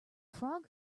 frog